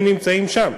הם נמצאים שם.